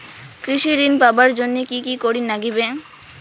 কৃষি ঋণ পাবার জন্যে কি কি করির নাগিবে?